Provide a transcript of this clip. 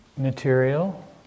material